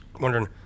wondering